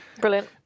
Brilliant